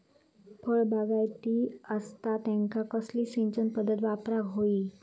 फळबागायती असता त्यांका कसली सिंचन पदधत वापराक होई?